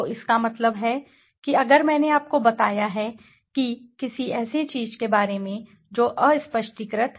तो इसका मतलब है कि अगर मैंने आपको बताया है कि किसी ऐसी चीज के बारे में जो अस्पष्टीकृत है